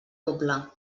doble